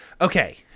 Okay